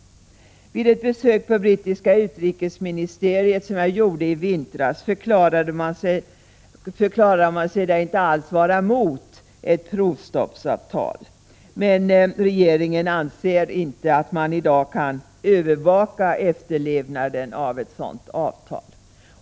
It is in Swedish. Vid ett besök på brittiska utrikesministeriet som jag gjorde i vintras förklarade man sig inte alls vara mot ett provstoppsavtal, men regeringen anser inte att man i dag kan övervaka efterlevnaden av ett sådant avtal.